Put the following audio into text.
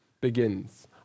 begins